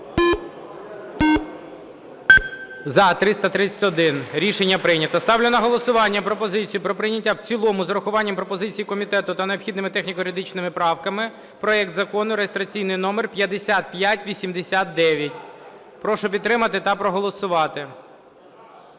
За-331 Рішення прийнято. Ставлю на голосування пропозицію про прийняття в цілому з урахуванням пропозицій комітету та необхідними техніко-юридичними правками проект Закону (реєстраційний номер 5589). Прошу підтримати та проголосувати.